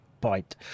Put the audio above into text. bite